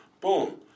Boom